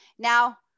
Now